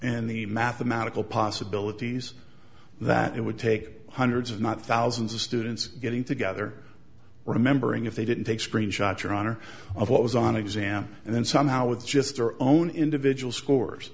and the mathematical possibilities that it would take hundreds if not thousands of students getting together remembering if they didn't take screenshots your honor of what was on exam and then somehow with just their own individual scores